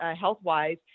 health-wise